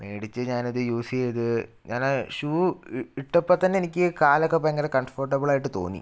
മേടിച്ച് ഞാനിത് യൂസ് ചെയ്ത് ഞാൻ ആ ഷൂ ഇട്ടപ്പം തന്നെ എനിക്ക് കാലൊക്കെ ഭയങ്കർ കംഫർട്ടബിളായിട്ട് തോന്നി